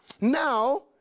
Now